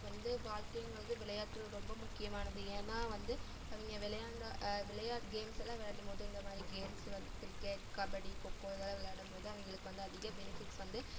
இப்போ வந்து வாழ்க்கைங்கிறது விளையாட்டு ரொம்ப முக்கியமானது ஏன்னா வந்து அவங்க விளையாண்ட கேம்ஸ் எல்லாம் விளையாடும் போது இந்தமாதிரி கேம்ஸ் வந்து கிரிக்கெட் கபடி கொக்கோ இதெல்லாம் விளையாடும்போது அவங்களுக்கு வந்து அதிக பெனிஃபிட்ஸ் வந்து